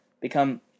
become